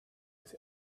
with